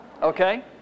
Okay